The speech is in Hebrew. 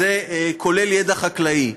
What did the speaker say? זה כולל ידע חקלאי.